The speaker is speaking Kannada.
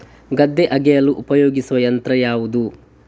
ಗದ್ದೆ ಅಗೆಯಲು ಉಪಯೋಗಿಸುವ ಯಂತ್ರ ಯಾವುದು?